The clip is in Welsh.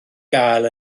gael